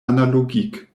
analogique